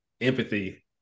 empathy